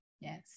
Yes